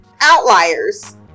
outliers